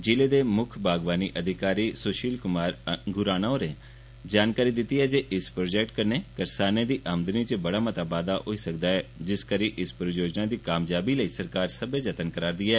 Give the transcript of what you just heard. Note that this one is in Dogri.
जिले दे मुक्ख बागवानी अधिकारी सुशील कुमार अंगुराणा होरें दस्सेआ जे इस प्रौजेक्ट कन्ने करसानें दी आमदनी च मता बाद्दा होई सकदा ऐ जिस करी इस परियोजना दी कामयाबी लेई सरकार सब्बै जतन करा'रदी ऐ